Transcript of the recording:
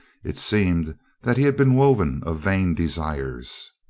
it seemed that he had been woven of vain desires.